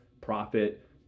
profit